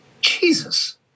Jesus